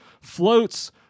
floats